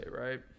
right